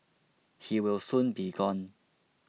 he will soon be gone